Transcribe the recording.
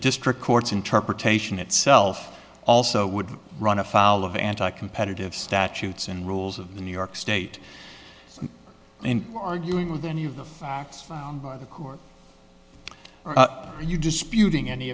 district court's interpretation itself also would run afoul of anti competitive statutes and rules of the new york state in arguing with any of the facts by the court you disputing any